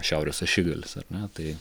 šiaurės ašigalis ar ne tai